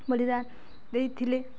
ବଳିଦାନ ଦେଇଥିଲେ